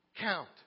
count